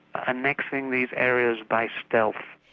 annexing these areas by stealth.